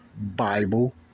Bible